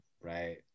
Right